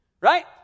right